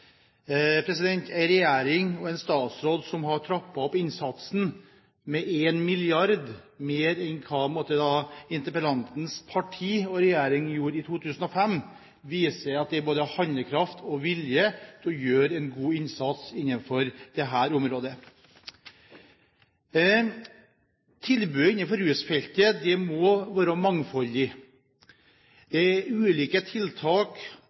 regjering og en statsråd som har trappet opp innsatsen med 1 mrd. kr mer enn hva interpellantens parti og regjering gjorde i 2005, viser at det er både handlekraft og vilje til å gjøre en god innsats innenfor dette området. Tilbudet innenfor rusfeltet må være mangfoldig. Ulike tiltak